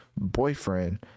boyfriend